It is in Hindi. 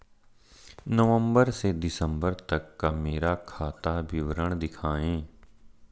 नवंबर से दिसंबर तक का मेरा खाता विवरण दिखाएं?